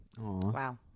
Wow